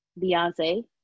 Beyonce